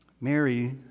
Mary